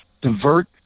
divert